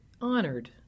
honored